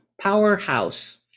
powerhouse